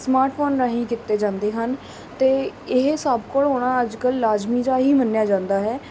smart phone ਰਾਹੀਂ ਕੀਤੇ ਜਾਂਦੇ ਹਨ ਅਤੇ ਇਹ ਸਭ ਕੋਲ ਹੋਣਾ ਅੱਜ ਕੱਲ੍ਹ ਲਾਜ਼ਮੀ ਜਿਹਾ ਹੀ ਮੰਨਿਆ ਜਾਂਦਾ ਹੈ